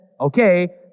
okay